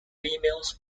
females